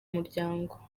muryango